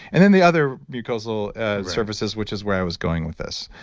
and then the other mucosal surfaces, which is where i was going with this.